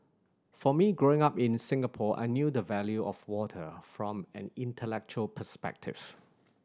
for me growing up in Singapore I knew the value of water from an intellectual perspectives